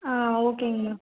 ஆ ஓகேங்க மேம்